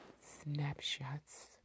snapshots